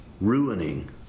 ruining